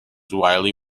widely